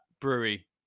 brewery